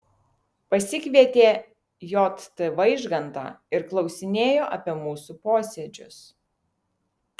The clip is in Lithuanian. pasikvietė j t vaižgantą ir klausinėjo apie mūsų posėdžius